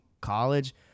college